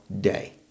day